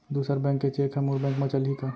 दूसर बैंक के चेक ह मोर बैंक म चलही का?